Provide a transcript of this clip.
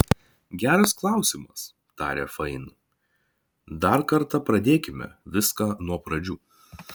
geras klausimas tarė fain dar kartą pradėkime viską nuo pradžių